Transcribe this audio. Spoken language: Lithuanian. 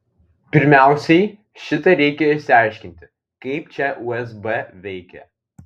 pirmiausiai šitą reikia išsiaiškinti kaip čia usb veikia